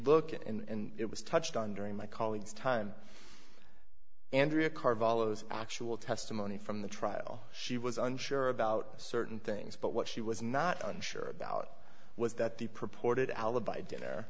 look at and it was touched on during my colleague's time andrea carvalho's actual testimony from the trial she was unsure about certain things but what she was not unsure about was that the purported alibi dinner